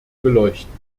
beleuchten